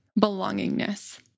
belongingness